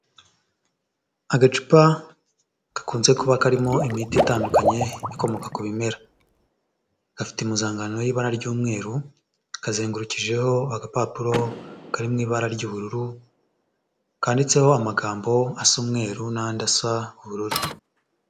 Agacupa gakunze kuba karimo imiti itandukanye ikomoka ku bimera, gafite impuzankano y'ibara ry'umweru, kazengurukijeho agapapuro kari mu ibara ry'ubururu, kanditseho amagambo asa umweru n'andi asa ubururu.